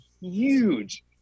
huge